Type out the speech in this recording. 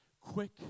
Quick